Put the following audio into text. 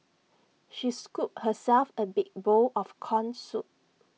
she scooped herself A big bowl of Corn Soup